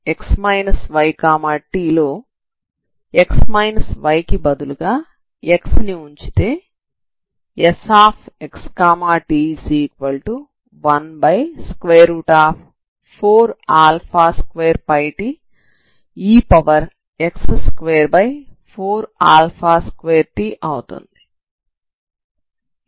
మీరు Sx yt లో x y కి బదులుగా x ని ఉంచితే Sxt14α2πte x242tఅవుతుంది